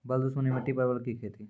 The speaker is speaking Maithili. बल दुश्मनी मिट्टी परवल की खेती?